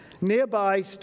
Nearby